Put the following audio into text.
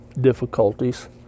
difficulties